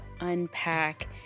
unpack